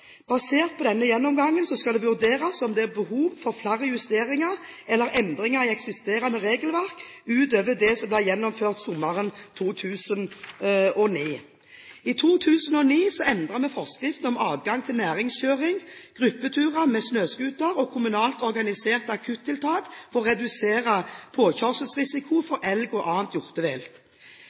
Basert på denne gjennomgangen skal det vurderes om det er behov for flere justeringer eller endringer i eksisterende regelverk utover det som ble gjennomført sommeren 2009. I 2009 endret vi forskriftene om adgang til næringskjøring, gruppeturer med snøscooter og kommunalt organiserte akuttiltak for å redusere påkjørselsrisiko for elg og annet